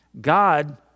God